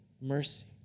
mercy